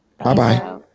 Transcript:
Bye-bye